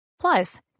Plus